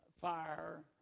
fire